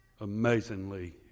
amazingly